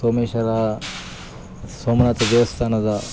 ಸೋಮೇಶ್ವರ ಸೋಮನಾಥ ದೇವಸ್ಥಾನದ